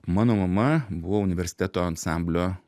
mano mama buvo universiteto ansamblio